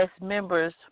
members